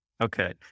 Okay